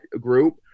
group